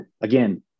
Again